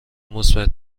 مثبت